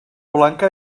blanca